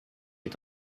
est